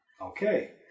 Okay